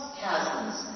chasms